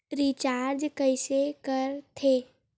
Recharge कइसे कर थे?